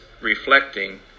reflecting